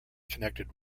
connected